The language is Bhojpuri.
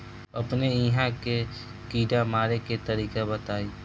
अपने एहिहा के कीड़ा मारे के तरीका बताई?